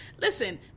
listen